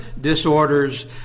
disorders